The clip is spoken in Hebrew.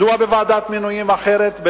מדוע בוועדת מינויים אחרת,